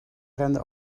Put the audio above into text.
renden